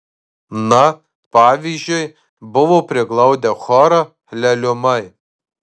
na pavyzdžiui buvo priglaudę chorą leliumai